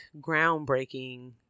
groundbreaking